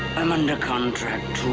i'm under contract,